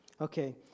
Okay